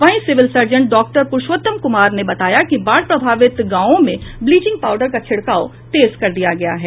वहीं civil surgeon doctor Purushottam Kumar ने बताया कि बाढ़ प्रभावित गांवों में ब्लीचिंग पाउडर का छिड़काव तेज कर दिया गया है